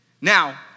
Now